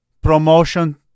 promotion